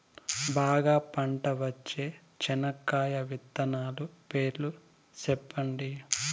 బాగా పంట వచ్చే చెనక్కాయ విత్తనాలు పేర్లు సెప్పండి?